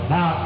Now